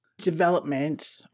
development